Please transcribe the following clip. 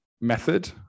method